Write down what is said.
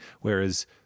whereas